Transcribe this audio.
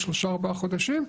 3-4 חודשים,